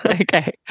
Okay